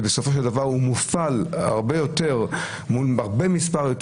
ובסופו של דבר היא מופעלת הרבה יותר מול מספר גדול